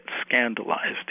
scandalized